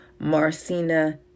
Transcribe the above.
Marcina